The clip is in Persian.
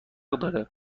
داره